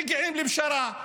מגיעים לפשרה,